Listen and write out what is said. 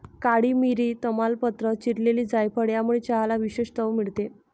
काळी मिरी, तमालपत्र, चिरलेली जायफळ यामुळे चहाला विशेष चव मिळते